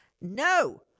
No